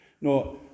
no